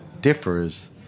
differs